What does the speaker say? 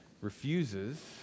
refuses